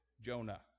Jonah